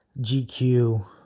GQ